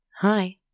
Hi